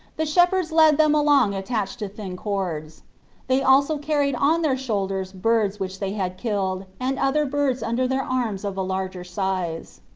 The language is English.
the shepherds led them along attached to thin cords they also carried on their shoulders birds which they had killed, and other birds under their arms of a larger size.